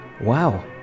Wow